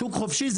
שוק חופשי,